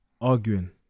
arguing